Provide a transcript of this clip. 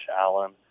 Allen